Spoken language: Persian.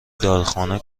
داروخانه